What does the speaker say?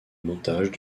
montage